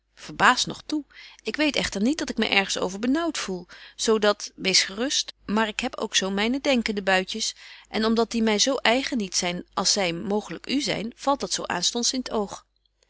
verbaast nog toe ik weet echter niet dat ik my ergens over benaauwt voel zo dat wees gerust maar ik heb ook zo myne denkende buitjes en om dat die my zo eigen niet zyn als zy mooglyk u zyn valt dat zo aanstonds in t oog